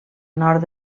nord